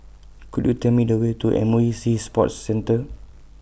Could YOU Tell Me The Way to M O E Sea Sports Centre